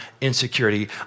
insecurity